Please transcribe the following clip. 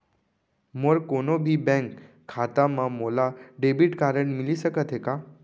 मोर कोनो भी बैंक खाता मा मोला डेबिट कारड मिलिस सकत हे का?